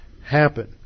happen